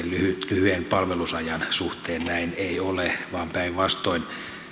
lyhyen palvelusajan suhteen näin ei ole vaan päinvastoin